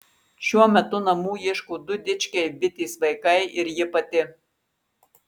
šiuo metu namų ieško du dičkiai bitės vaikai ir ji pati